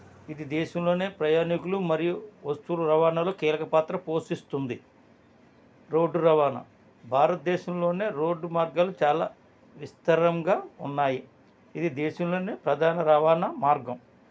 ఇది దేశంలోనే ప్రయాణికులు మరియు వస్తువుల రవణాలో కీలకపాత్ర పోషిస్తుంది రోడ్డు రవాణా భారత దేశంలోనే రోడ్డు మార్గాలు చాలా విస్తరంగా ఉన్నాయి ఇది దేశంలోనే ప్రధాన రవాణా మార్గం